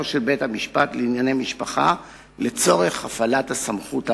של בית-המשפט לענייני משפחה לצורך הפעלת הסמכות האמורה.